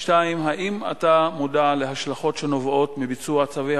2. האם אתה מודע להשלכות של ביצוע צווי